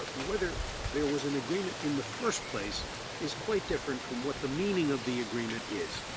but whether there was an agreement in the first place is quite different from what the meaning of the agreement is.